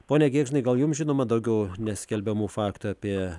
pone gėgžnai gal jums žinoma daugiau neskelbiamų faktų apie